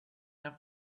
have